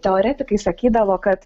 teoretikai sakydavo kad